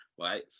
right